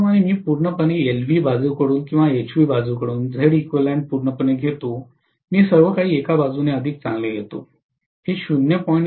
त्याचप्रमाणे मी पूर्णपणे LV बाजूकडून किंवा HV बाजूपासून पूर्णपणे घेतो मी सर्वकाही एका बाजूने अधिक चांगले घेतो हे 0